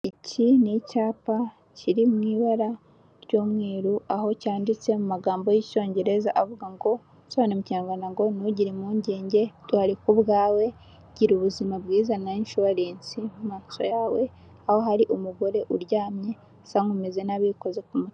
Iki ni icyapa kiri ibara ry'umweru aho cyanditse mu magambo y'icyongereza avuga ngo nsobanuye mu kiyarwanda ngo ntugire impungenge duhari kubwawe, gira ubuzima bwiza na inshuwarensi ku maso yawe; aho hari umugore uryamye usa nk'umeze nabi.